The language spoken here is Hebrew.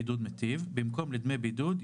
מעבודתם לסירוגין במהלך תקופת הבידוד של ילדם,